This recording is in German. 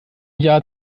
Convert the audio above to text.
jahr